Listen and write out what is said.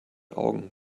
augen